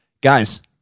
Guys